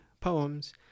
Poems